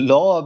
Law